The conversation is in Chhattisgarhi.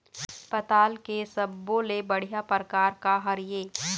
पताल के सब्बो ले बढ़िया परकार काहर ए?